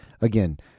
Again